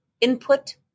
input